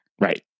Right